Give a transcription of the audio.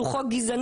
שזהו חוק גזעני,